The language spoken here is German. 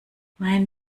mein